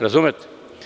Razumete?